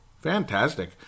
Fantastic